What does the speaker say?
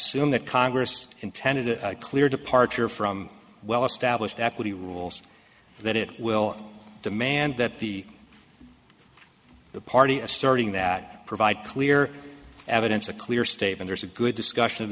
e that congress intended a clear departure from well established equity rules that it will demand that the the party asserting that provide clear evidence a clear statement is a good discussion of